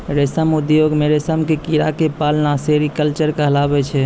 रेशम उद्योग मॅ रेशम के कीड़ा क पालना सेरीकल्चर कहलाबै छै